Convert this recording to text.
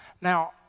Now